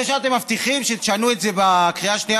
זה שאתם מבטיחים שתשנו את זה בקריאה השנייה